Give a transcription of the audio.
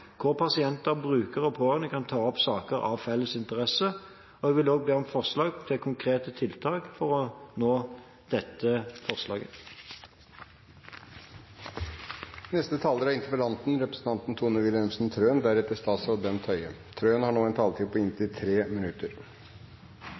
og brukerutvalg hvor pasienter, brukere og pårørende kan ta opp saker av felles interesse. Jeg vil òg be om forslag til konkrete tiltak for å nå målene i dette forslaget. Jeg takker for svaret fra helseministeren og er